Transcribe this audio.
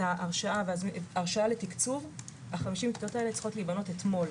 את ההרשאה לתקצוב כי 50 הכיתות האלה צריכות להיבנות אתמול.